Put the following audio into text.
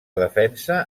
defensa